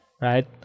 right